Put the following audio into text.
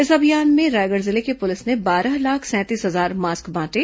इस अभियान में रायगढ़ जिले की पुलिस ने बारह लाख सैंतीस हजार मास्क बांटे